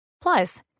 Plus